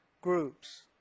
groups